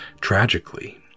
Tragically